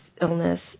illness